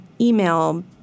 email